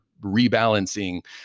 rebalancing